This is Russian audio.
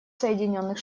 соединенных